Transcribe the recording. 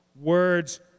Words